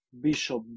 bishop